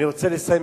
אני רוצה לסיים,